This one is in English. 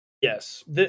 Yes